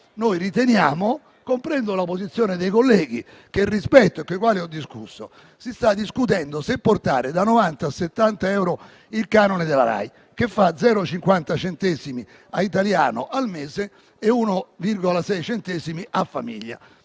non è nuova. Comprendo la posizione dei colleghi, che rispetto e con i quali ho discusso, ma si sta discutendo se portare da 90 a 70 euro il canone della RAI, che si traduce in 50 centesimi a italiano al mese e in 1,6 euro a famiglia: